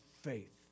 faith